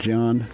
John